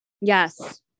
yes